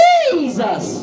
Jesus